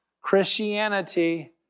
Christianity